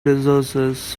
resources